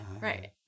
Right